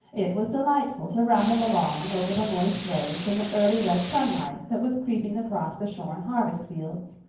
it was delightful to rattle along over the moist roads in the early red sunlight that was creeping across the shorn harvest fields.